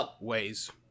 ways